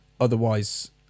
otherwise